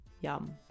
Yum